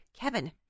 Kevin